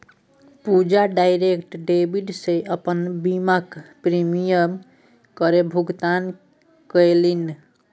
पूजा direct debit सँ अपन बीमाक प्रीमियम केर भुगतान केलनि